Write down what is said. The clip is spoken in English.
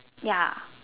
ya